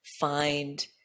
Find